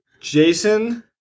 Jason